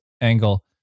angle